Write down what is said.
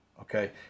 Okay